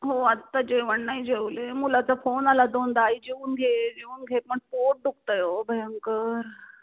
हो आता जेवण नाही जेवले मुलाचा फोन आला दोनदा आई जेवून घे जेवून घे पण पोट दुखत आहे अहो भयंकर